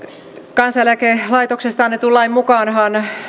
kansaneläkelaitoksesta annetun lain mukaanhan